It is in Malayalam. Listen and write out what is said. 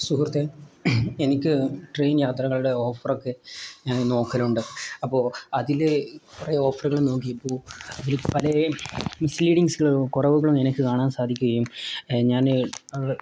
സുഹൃത്തെ എനിക്ക് ട്രെയിൻ യാത്രകളുടെ ഓഫറൊക്കെ ഞാൻ നോക്കലുണ്ട് അപ്പോൾ അതിൽ കുറേ ഓഫറുകൾ നോക്കിയപ്പോൾ അതിൽ പലേ മിസ്ലീഡിങ്സുകളും കുറവുകളും എനിക്ക് കാണാൻ സാധിക്കുകയും ഞാൻ